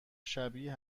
شبیه